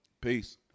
Peace